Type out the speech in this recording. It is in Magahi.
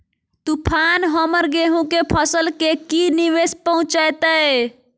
तूफान हमर गेंहू के फसल के की निवेस पहुचैताय?